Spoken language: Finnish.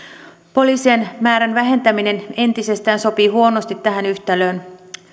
poliisien määrän vähentäminen entisestään sopii huonosti tähän yhtälöön